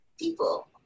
people